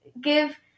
give